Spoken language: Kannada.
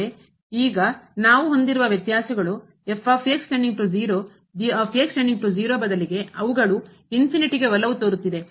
ಆದರೆ ಈಗ ನಾವು ಹೊಂದಿರುವ ವ್ಯತ್ಯಾಸಗಳು ಬದಲಿಗೆ ಅವುಗಳು ಗೆ ಒಲವು ತೋರುತ್ತಿದೆ